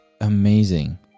amazing